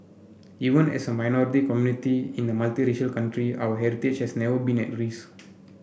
even as a minority community in a multiracial country our heritage has never been at risk